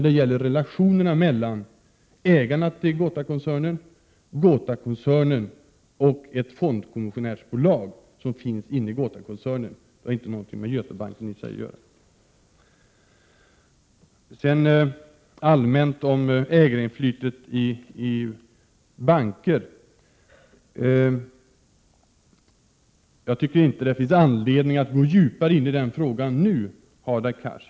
Det gällde relationerna mellan ägarna till GotaGruppen-koncernen, GotaGruppen-koncernen och ett fondkommissionärsbolag som finns inne i GotaGruppen-koncernen — det har inte någonting med Götabanken i sig att göra. Sedan allmänt om ägarinflytandet i banker: Jag tycker inte det finns anledning att gå djupare in i den frågan nu, Hadar Cars.